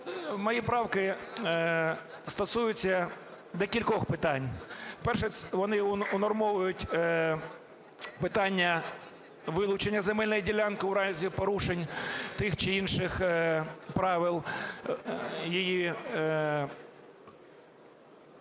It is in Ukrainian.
мої правки стосуються декількох питань. Перше. Вони унормовують питання вилучення земельної ділянки у разі порушень тих чи інших правил її обороту.